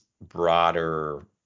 broader